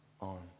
on